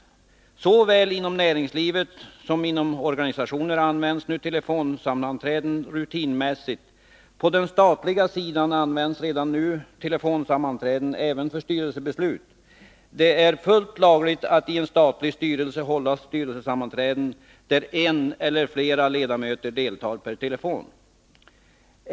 Såväl inom näringslivet som inom organisationer används nu telefonsammanträden rutinmässigt. På den statliga sidan används redan nu telefonsammanträden även för styrelsebeslut. Det är fullt lagligt att i en statlig styrelse hålla styrelsesammanträden, där en eller flera ledamöter deltar per telefon.